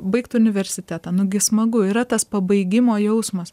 baigt universitetą nugi smagu yra tas pabaigimo jausmas